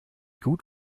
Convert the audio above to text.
gut